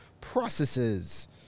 processes